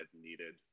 needed